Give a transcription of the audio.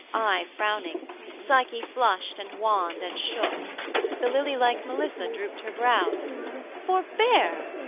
i frowning psyche flushed and wanned and shook the lilylike melissa drooped her brows forbear,